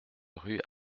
rue